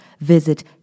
Visit